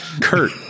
Kurt